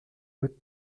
votre